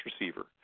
receiver